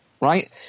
right